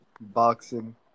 Boxing